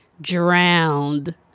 drowned